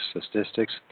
statistics